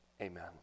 Amen